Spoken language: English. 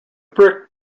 brick